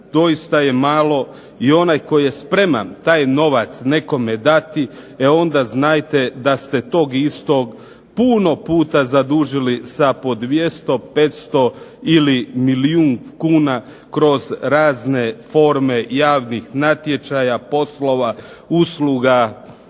doista je malo i onaj tko je spreman taj novac nekome dati e onda znajte da ste tog istog puno puta zadužili sa po 200, 500 ili milijun kuna kroz razne forme javnih natječaja, poslova, usluga,